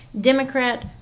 Democrat